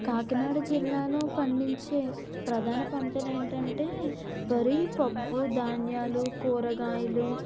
కాకినాడ జిల్లాలో పండించే ప్రధాన పంటలు ఏంటంటే వరి పప్పు ధాన్యాలు కూరగాయలు